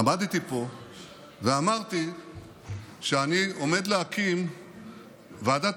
עמדתי פה ואמרתי שאני עומד להקים ועדת